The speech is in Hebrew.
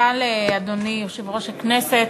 תודה לאדוני יושב-ראש הכנסת.